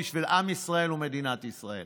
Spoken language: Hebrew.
בשביל עם ישראל ומדינת ישראל.